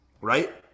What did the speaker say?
right